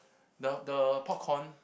the the popcorn